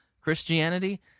Christianity